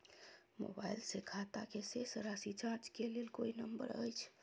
Mobile से खाता के शेस राशि जाँच के लेल कोई नंबर अएछ?